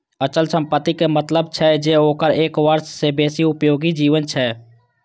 अचल संपत्ति के मतलब छै जे ओकर एक वर्ष सं बेसी उपयोगी जीवन छै